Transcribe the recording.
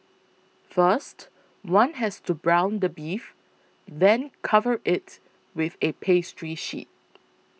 first one has to brown the beef then cover it with a pastry sheet